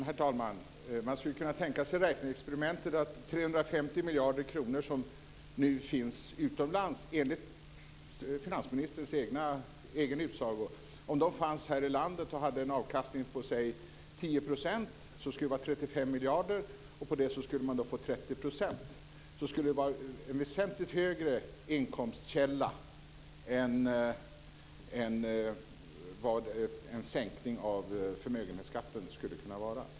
Herr talman! Man skulle kunna tänka sig räkneexperimentet att de 350 miljarder kronor som enligt finansministerns egen utsago nu finns utomlands fanns här i landet och hade en avkastning på låt oss säga 10 %. Det skulle vara 35 miljarder. På det skulle man få 30 %. Det skulle vara en väsentligt större inkomstkälla än vad en sänkning av förmögenhetsskatten skulle kunna motsvara.